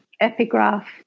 epigraph